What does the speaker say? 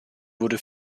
wurde